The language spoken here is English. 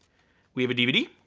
we have a dvd.